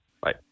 Bye